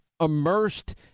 immersed